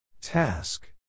Task